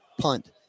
punt